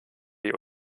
die